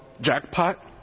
Jackpot